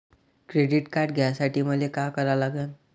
Credit card घ्यासाठी मले का करा लागन?